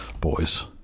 Boys